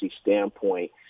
standpoint